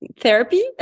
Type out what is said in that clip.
therapy